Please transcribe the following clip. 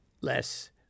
less